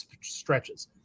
stretches